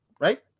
right